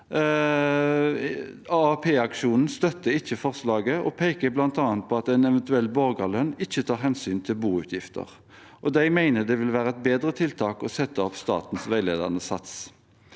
AAP-aksjonen støtter ikke forslaget og peker bl.a. på at en eventuell borgerlønn ikke tar hensyn til boutgifter. De mener det vil være et bedre tiltak å sette opp statens veiledende sats.